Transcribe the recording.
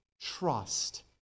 trust